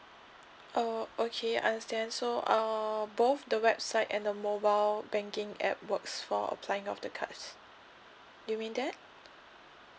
oh okay understand so um both the website and the mobile banking app works for applying of the cards do you mean that